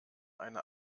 eine